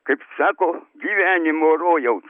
kaip sako gyvenimo rojaus